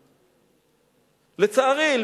לצערי,